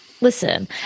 listen